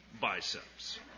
biceps